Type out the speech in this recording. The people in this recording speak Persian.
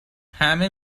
همه